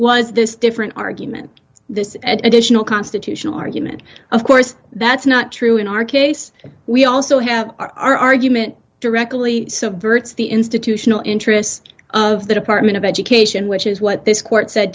this different argument this additional constitutional argument of course that's not true in our case we also have our argument directly subverts the institutional interest of the department of education which is what this court said